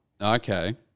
Okay